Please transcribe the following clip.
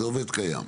זה עובד קיים.